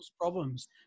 problems